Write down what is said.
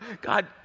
God